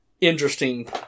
interesting